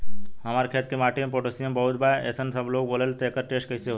हमार खेत के माटी मे पोटासियम बहुत बा ऐसन सबलोग बोलेला त एकर टेस्ट कैसे होई?